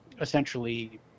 essentially